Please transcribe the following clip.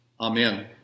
Amen